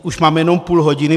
Už máme jenom půl hodiny.